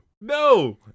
No